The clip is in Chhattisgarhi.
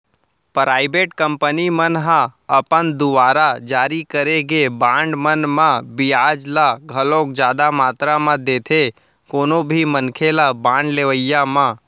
पराइबेट कंपनी मन ह अपन दुवार जारी करे गे बांड मन म बियाज ल घलोक जादा मातरा म देथे कोनो भी मनखे ल बांड लेवई म